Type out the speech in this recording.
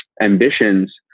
ambitions